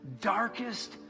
darkest